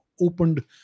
opened